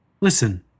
Listen